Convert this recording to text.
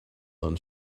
then